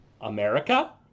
America